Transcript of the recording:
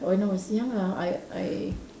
when I was young ah I I